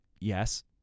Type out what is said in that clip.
Yes